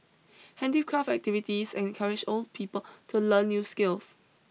handicraft activities encourage old people to learn new skills